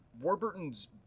Warburton's